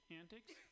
antics